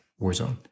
Warzone